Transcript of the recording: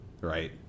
right